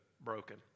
broken